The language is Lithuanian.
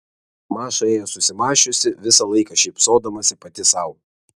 maša ėjo susimąsčiusi visą laiką šypsodamasi pati sau